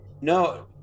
No